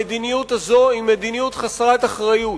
המדיניות הזאת היא מדיניות חסרת אחריות.